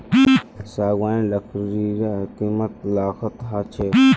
सागवानेर लकड़ीर कीमत लाखत ह छेक